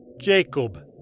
Jacob